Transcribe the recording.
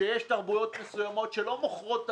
שיש תרבויות מסוימות שלא מוכרות את